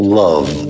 love